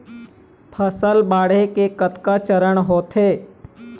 फसल बाढ़े के कतका चरण होथे?